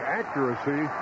accuracy